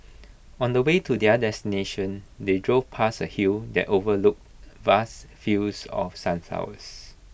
on the way to their destination they drove past A hill that overlooked vast fields of sunflowers